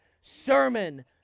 sermon